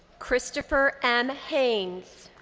christopher m. haynes.